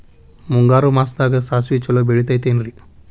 ಮುಂಗಾರು ಮಾಸದಾಗ ಸಾಸ್ವಿ ಛಲೋ ಬೆಳಿತೈತೇನ್ರಿ?